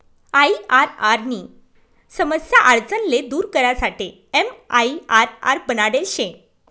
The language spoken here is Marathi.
आईआरआर नी समस्या आडचण ले दूर करासाठे एमआईआरआर बनाडेल शे